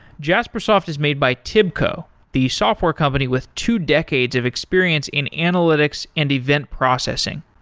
jaspersoft is made by tibco, the software company with two decades of experience in analytics and event processing.